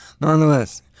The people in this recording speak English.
nonetheless